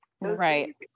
right